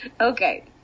Okay